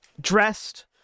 dressed